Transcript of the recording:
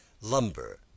lumber